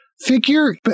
figure